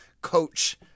coach